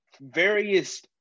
various